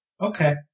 Okay